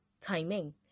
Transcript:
timing